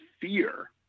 fear